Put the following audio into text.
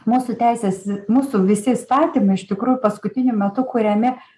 mūsų teisės mūsų visi įstatymai iš tikrųjų paskutiniu metu kuriami